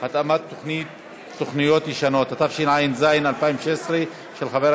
התאמת תוכניות ישנות), התשע"ה